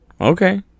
Okay